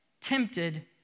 tempted